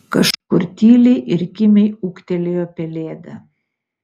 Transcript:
kažkur tyliai ir kimiai ūktelėjo pelėda